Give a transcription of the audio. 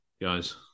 guys